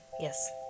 Yes